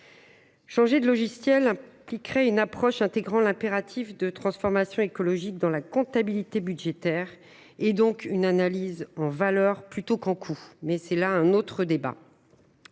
changement impliquerait une approche intégrant l’impératif de transformation écologique dans la comptabilité budgétaire, donc une analyse en valeur plutôt qu’en coût – mais c’est là un autre débat.